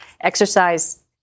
exercise